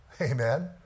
Amen